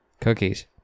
cookies